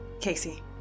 Casey